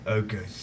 okay